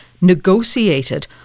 negotiated